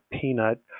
peanut